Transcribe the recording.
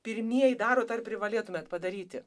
pirmieji darot ar privalėtumėt padaryti